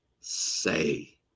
say